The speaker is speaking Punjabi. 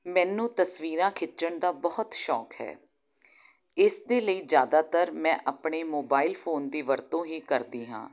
ਮੈਨੂੰ ਤਸਵੀਰਾਂ ਖਿੱਚਣ ਦਾ ਬਹੁਤ ਸ਼ੌਕ ਹੈ ਇਸ ਦੇ ਲਈ ਜ਼ਿਆਦਾਤਰ ਮੈਂ ਆਪਣੇ ਮੋਬਾਈਲ ਫੋਨ ਦੀ ਵਰਤੋਂ ਹੀ ਕਰਦੀ ਹਾਂ